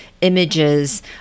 images